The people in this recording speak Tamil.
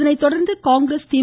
இதனைத் தொடர்ந்து காங்கிரஸ் தி